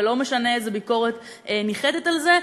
ולא משנה איזו ביקורת ניחתת על זה,